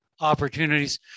opportunities